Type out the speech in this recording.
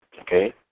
Okay